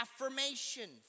affirmation